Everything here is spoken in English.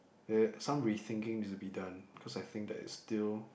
uh some re thinking needs to be done cause I think that is still